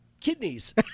Kidneys